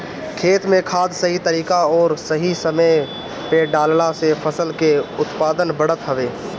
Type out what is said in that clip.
खेत में खाद सही तरीका अउरी सही समय पे डालला से फसल के उत्पादन बढ़त हवे